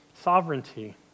sovereignty